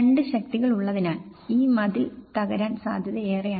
രണ്ട് ശക്തികൾ ഉള്ളതിനാൽ ഈ മതിൽ തകരാൻ സാധ്യതയേറെയാണ്